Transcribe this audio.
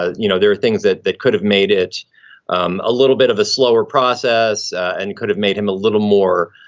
ah you know, there are things that that could have made it um a little bit of a slower process and could have made him a little more,